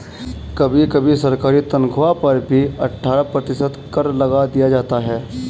कभी कभी सरकारी तन्ख्वाह पर भी अट्ठारह प्रतिशत कर लगा दिया जाता है